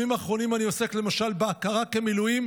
בימים האחרונים אני עוסק למשל בהכרה במילואים